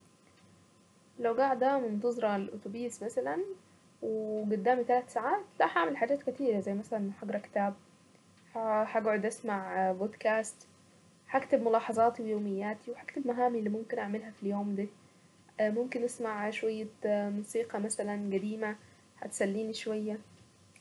لو قاعدة منتظرة الاتوبيس ، وقدامي ثلاث ساعات لا هعمل حاجات كتيرة، زي مثلا هقرأ كتاب، هقعد اسمع بودكاست، هكتب ملاحظاتي ويومياتي، وهكتب مهامي اللي ممكن اعملها في اليوم ده، ممكن اسمع شوية موسيقى مثلا قديمة هتسليني شوية.